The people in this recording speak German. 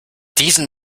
diesen